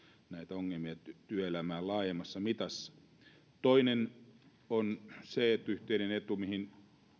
ongelmia työelämään laajemmassa mitassa toinen yhteinen etu on se mihin